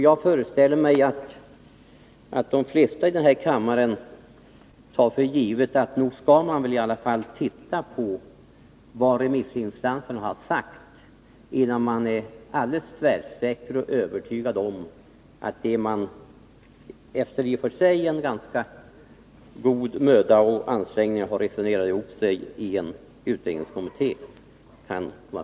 Jag föreställer mig att de flesta i denna kammare tar för givet att man måste ta del av vad remissinstanserna har anfört i sina yttranden, innan man kan vara tvärsäker och övertygad om att just det är det bästa som en utredningskommitté efter i och för sig lovvärd möda och ansträngning har resonerat ihop sig om och kommit fram till.